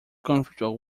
comfortable